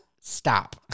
stop